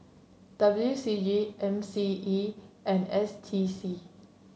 W C G M C E and S T C